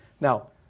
Now